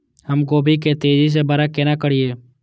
हम गोभी के तेजी से बड़ा केना करिए?